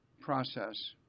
process